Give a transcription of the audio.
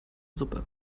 suppe